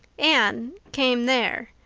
anne came there,